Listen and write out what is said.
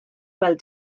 weld